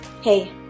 Hey